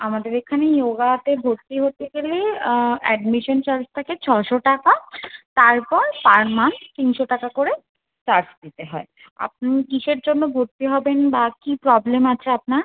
আমাদের এখানে ইয়োগাতে ভর্তি হতে গেলে অ্যাডমিশন চার্জ থাকে ছশো টাকা তারপর পার মান্থ তিনশো টাকা করে চার্জ দিতে হয় আপনি কিসের জন্য ভর্তি হবেন বা কী প্রবলেম আছে আপনার